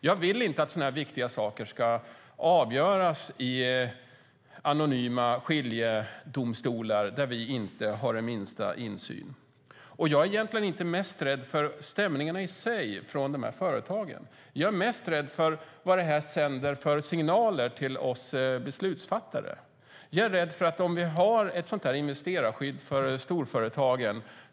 Jag vill inte att så viktiga saker ska avgöras i anonyma skiljedomstolar där vi inte har den minsta insyn. Jag är egentligen inte mest rädd för företagens stämningar i sig, utan jag är mest rädd för vad det sänder för signaler till oss beslutsfattare. Jag är rädd att vi kommer att självcensurera oss om vi har ett investeringsskydd för storföretagen.